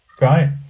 right